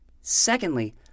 Secondly